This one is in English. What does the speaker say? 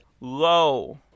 low